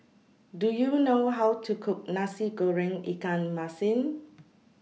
Do YOU know How to Cook Nasi Goreng Ikan Masin